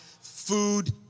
food